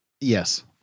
Yes